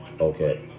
Okay